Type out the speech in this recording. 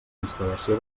instal·lació